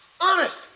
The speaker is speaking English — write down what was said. Honest